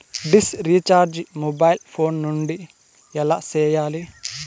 dish recharge mobile phone నుండి ఎలా సేయాలి